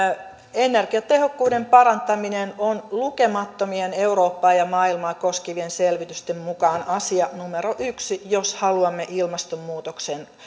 energiatehokkuuden parantaminen on lukemattomien eurooppaa ja maailmaa koskevien selvitysten mukaan asia numero yksi jos haluamme ilmastonmuutoksen